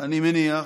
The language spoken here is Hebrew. אני מניח,